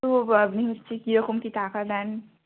তো আপনি হচ্ছে কীরকম কী টাকা নেন